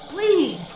Please